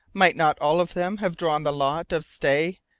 might not all of them have drawn the lot of stay?